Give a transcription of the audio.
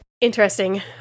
Interesting